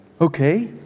Okay